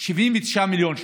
ל-2019 הוא 79 מיליון שקל.